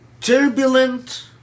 turbulent